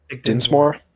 Dinsmore